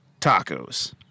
tacos